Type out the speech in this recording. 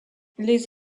les